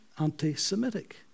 Anti-Semitic